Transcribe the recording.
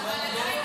אבל עדיין,